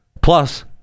Plus